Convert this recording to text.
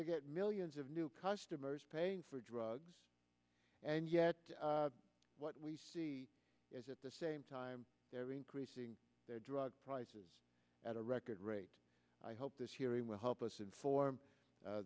to get millions of new customers paying for drugs and yet what we see is at the same time they're increasing their drug prices at a record rate i hope this hearing will help us and for